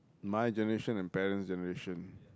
my generation and parent's generation